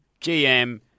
GM